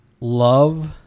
love